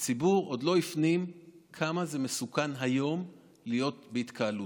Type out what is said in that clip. הציבור עוד לא הפנים כמה זה מסוכן היום להיות בהתקהלות.